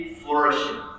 flourishing